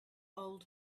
old